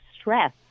stress